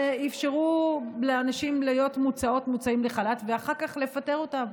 אפשרו לאנשים להיות מוצאות ומוצאים לחל"ת ואחר כך לפטר אותם.